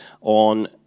on